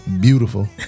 beautiful